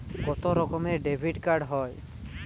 কত রকমের ডেবিটকার্ড হয়?